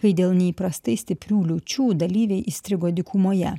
kai dėl neįprastai stiprių liūčių dalyviai įstrigo dykumoje